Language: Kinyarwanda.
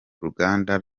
ruganda